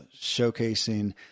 showcasing